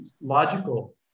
logical